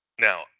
Now